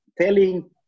telling